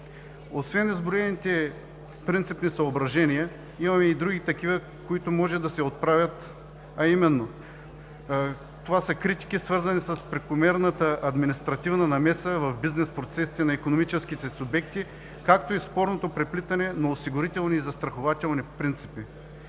Освен изброените принципни съображения, имаме и други такива, които може да се отправят, а именно това са критики, свързани с прекомерната административна намеса в бизнес процесите на икономическите субекти, както и спорното преплитане на осигурителни и застрахователни принципи.